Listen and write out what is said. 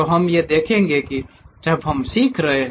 हम यह देखेंगे कि जब हम सीख रहे हैं